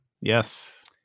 Yes